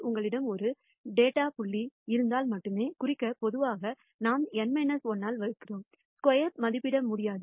உங்களிடம் ஒரே ஒரு டேட்டா புள்ளி இருந்தால் மட்டுமே குறிக்க பொதுவாக நாம் N 1 ஆல் வகுக்கிறோம் ஸ்கொயர் மதிப்பிட முடியாது